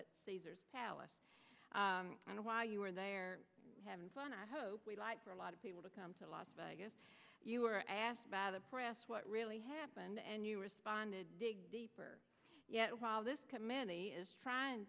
pure caesar's palace and while you were there having fun i hope we live for a lot of people to come to las vegas you were asked by the press what really happened and you responded dig deeper yet while this committee is trying